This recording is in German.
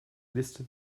liste